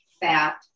fat